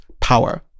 power